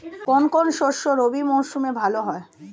কোন কোন শস্য রবি মরশুমে ভালো হয়?